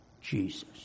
Jesus